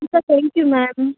हुन्छ thank you ma'am